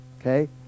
Okay